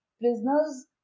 prisoners